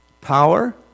Power